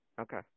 Okay